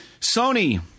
Sony